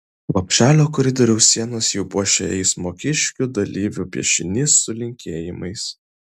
lopšelio koridoriaus sienas jau puošia eismo kiškių dalyvių piešinys su linkėjimais